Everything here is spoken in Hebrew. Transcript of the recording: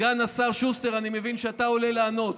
סגן השר שוסטר, אני מבין שאתה עולה לענות.